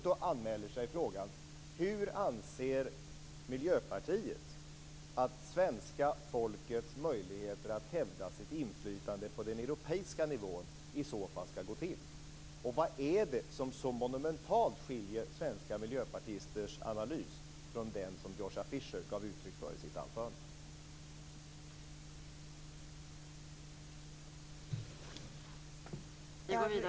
Då anmäler sig frågan: Hur anser Miljöpartiet att svenska folkets möjligheter att hävda sitt inflytande på den europeiska demokratin i så fall skall se ut? Vad är det som så monumentalt skiljer svenska miljöpartisters analys från den Joschka Fischer gav uttryck för i sitt anförande?